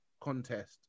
contest